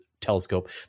telescope